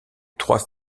trois